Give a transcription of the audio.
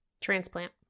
Transplant